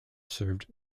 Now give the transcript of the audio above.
served